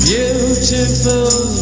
Beautiful